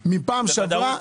לא אלה עם החליפה הגדולה,